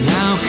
Now